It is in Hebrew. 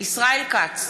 ישראל כץ,